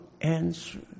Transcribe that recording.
answer